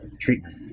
treatment